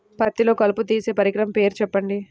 పత్తిలో కలుపు తీసే పరికరము పేరు చెప్పండి